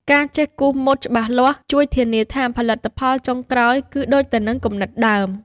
ការចេះគូរម៉ូដច្បាស់លាស់ជួយធានាថាផលិតផលចុងក្រោយគឺដូចទៅនឹងគំនិតដើម។